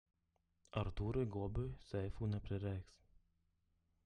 artūrui gobiui seifų neprireiks